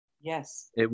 Yes